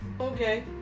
Okay